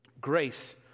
Grace